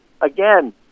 Again